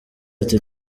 ati